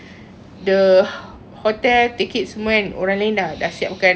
the hotel tickets semua kan orang lain dah siapkan dah